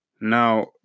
Now